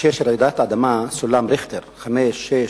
כשיש רעידת אדמה, סולם ריכטר: חמש, שש,